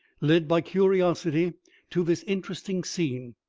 led by curiosity to this interesting scene.